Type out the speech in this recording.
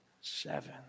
seven